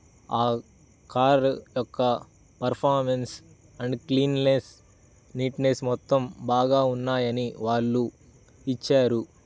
ఆ కారు యొక్క performance and cleanliness neatness మొత్తం బాగా ఉన్నాయని వాళ్ళు ఇచ్చారు